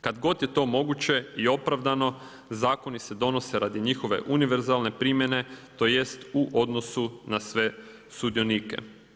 Kada god je to moguće i opravdano zakoni se donose radi njihove univerzalne primjene tj. u odnosu na sve sudionike.